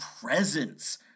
presence